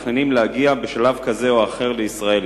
אפריקנים מתכננים להגיע בשלב כזה או אחר לישראל,